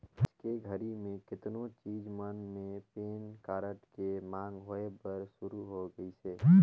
आयज के घरी मे केतनो चीच मन मे पेन कारड के मांग होय बर सुरू हो गइसे